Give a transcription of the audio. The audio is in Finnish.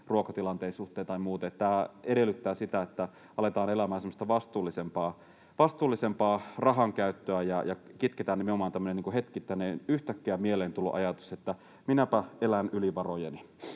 ruokatilanteen suhteen tai muuten. Tämä edellyttää sitä, että aletaan elämään semmoista vastuullisempaa rahankäyttöä ja kitketään nimenomaan tämmöinen hetkittäinen, yhtäkkiä mieleen tullut ajatus, että minäpä elän yli varojeni.